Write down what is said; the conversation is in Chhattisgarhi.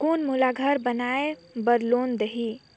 कौन मोला घर बनाय बार लोन देही?